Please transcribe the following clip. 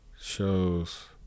shows